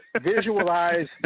visualize